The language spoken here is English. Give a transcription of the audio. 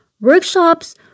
workshops